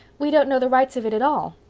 we don't know the rights of it at all.